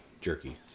jerky